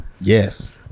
Yes